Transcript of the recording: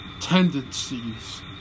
tendencies